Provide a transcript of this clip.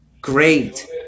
great